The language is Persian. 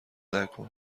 نکن